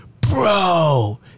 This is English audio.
Bro